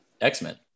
X-Men